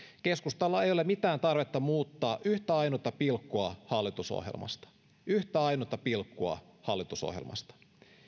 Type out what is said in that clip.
keskustalla ei ole mitään tarvetta muuttaa yhtä ainutta pilkkua hallitusohjelmasta yhtä ainutta pilkkua hallitusohjelmasta